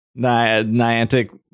Niantic